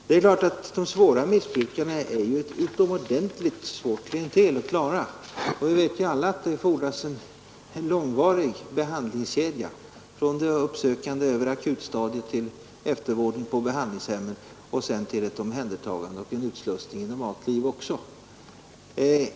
Det är klart att de svåra missbrukarna är ett synnerligen besvärligt klientel att klara. Vi vet alla att det fordras en långvarig behandlingskedja, från den uppsökande verksamheten över akutstadiet till eftervården på behandlingshem och sedan till ett omhändertagande och en utslussning i normalt liv också.